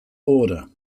order